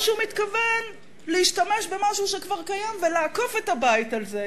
או שהוא מתכוון להשתמש במשהו שכבר קיים ולעקוף את הבית על זה.